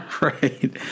Right